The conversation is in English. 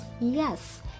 Yes